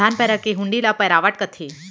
धान पैरा के हुंडी ल पैरावट कथें